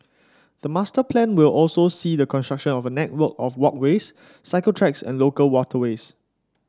the master plan will also see the construction of a network of walkways cycle tracks and local waterways